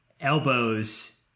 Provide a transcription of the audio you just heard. elbows